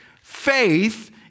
Faith